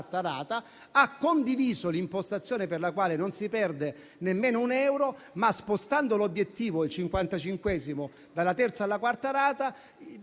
a condividere l'impostazione per la quale non si perde nemmeno un euro, ma, spostando l'obiettivo (il 55°) dalla terza alla quarta rata,